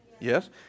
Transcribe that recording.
Yes